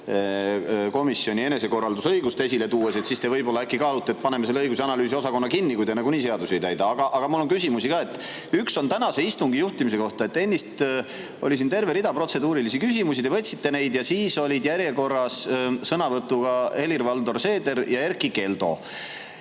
komisjoni enesekorraldusõigust esile tuues. Võib-olla kaalute, et paneme selle õigus- ja analüüsiosakonna kinni? Te nagunii seadusi ei täida. Aga mul on küsimusi ka. Üks on tänase istungi juhtimise kohta. Ennist oli siin terve rida protseduurilisi küsimusi, te võtsite neid ja siis olid järjekorras sõnavõtuga Helir-Valdor Seeder ja Erkki Keldo.